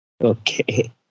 Okay